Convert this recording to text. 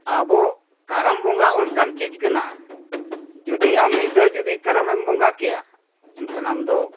ᱟᱵᱚ ᱠᱟᱨᱟᱢ ᱵᱚᱸᱜᱟ ᱚᱱᱠᱟᱱ ᱪᱤᱡᱽ ᱠᱟᱱᱟ ᱡᱩᱫᱤ ᱟᱢ ᱢᱤᱫ ᱫᱷᱟᱹᱣ ᱡᱩᱫᱤ ᱠᱟᱨᱟᱢᱮᱢ ᱵᱚᱸᱜᱟ ᱠᱮᱫᱟ ᱮᱱᱠᱷᱟᱱ ᱟᱢ ᱫᱚ